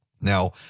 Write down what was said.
Now